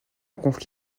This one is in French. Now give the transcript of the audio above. conflit